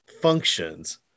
functions